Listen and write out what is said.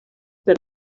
per